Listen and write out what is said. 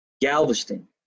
Galveston